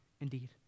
indeed